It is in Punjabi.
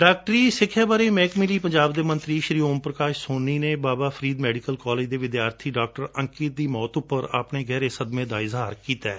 ਡਾਕਟਰੀ ਸੱਖਿਆ ਬਾਰੇ ਮਹਿਕਮੇ ਲਈ ਪੰਜਾਬ ਦੇ ਮੰਤਰੀ ਓਮ ਪੁਕਾਸ਼ ਸੋਨੀ ਨੇ ਬਾਬਾ ਫਰੀਦ ਮੈਡੀਕਲ ਦੇ ਵਿਦਿਆਰਥੀ ਡਾ ਅੰਕਿਤ ਦੀ ਮੌਤ ਉਪਰ ਆਪਣੇ ਗਹਿਰੇ ਸਦਮੇ ਦਾ ਇਜ਼ਹਾਰ ਕੀਤੈ